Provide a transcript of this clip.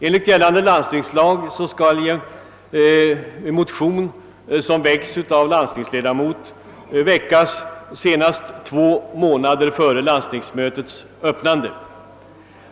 Enligt gällande landstingslag skall motion av landstingsledamot väckas senast två månader före landstingsmötets öppnande.